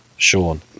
Sean